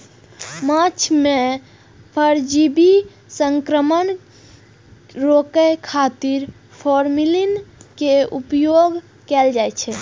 माछ मे परजीवी संक्रमण रोकै खातिर फॉर्मेलिन के उपयोग कैल जाइ छै